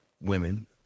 women